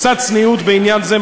קצת צניעות בעניין זה,